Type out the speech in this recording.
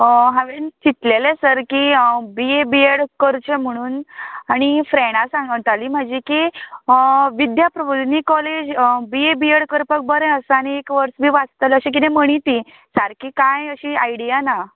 हांवेन चितलेलें सर की हांव बी ए बी एड करचें म्हणून आनी फ्रेंडां सांगतालीं म्हाजी की Vidya Prabodhini college B A B Ed करपाक बरें आसा आनी एक वर्स बी वाचतलें अशें कितें म्हणी तीं सारकी कांय अशी आयडीया ना